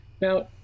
Now